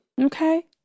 Okay